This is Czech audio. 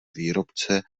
výrobce